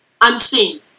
unseen